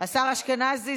השר אשכנזי,